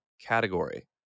category